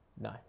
No